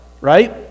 right